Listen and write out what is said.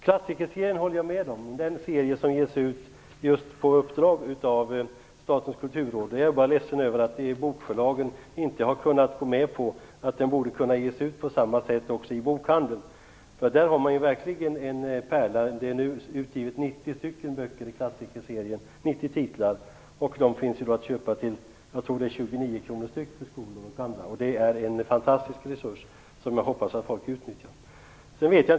Jag instämmer när det gäller klassikerserien, den serie som ges ut just på uppdrag av Statens kulturråd. Jag är bara ledsen över att bokförlagen inte har kunnat gå med på att den borde ges ut på samma sätt också i bokhandeln. Klassikerserien är verkligen en pärla. Det har nu utgivits 90 titlar i klassikerserien, och de finns att köpa till ett pris av 29 kr per bok av skolor och andra. Det är en fantastisk resurs, som jag hoppas att folk utnyttjar.